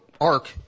ark